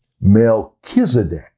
Melchizedek